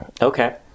Okay